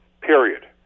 period